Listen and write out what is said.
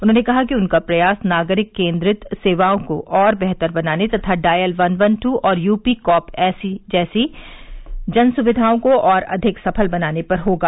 उन्होंने कहा कि उनका प्रयास नागरिक केंद्रित सेवाओं को और बेहतर बनाने तथा डायल वन वन दू और यूपी कॉप एप जैसी जन सुविघाओं को और अधिक सफल बनाने पर होगा